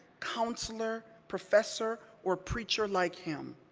counselor, professor, or preacher like him,